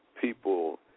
people